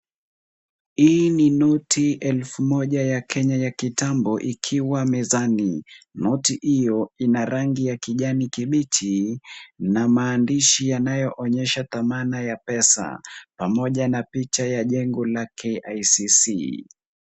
Hii ni noti elfu moja ya Kenya ya kitambo ikiwa mezani. Noti hiyo ina rangi ya kijani kibichi, na maandishi yanayoonyesha thamana ya pesa pamoja na picha ya jengo la KICC.